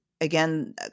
Again